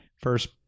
First